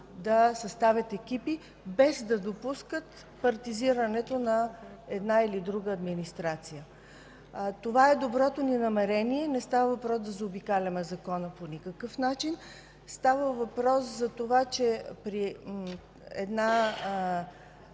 да съставят екипи, без да допускат партизирането на една или друга администрация. Това е доброто ни намерение. Не става въпрос да заобикаляме закона по никакъв начин. Става въпрос за това, че при една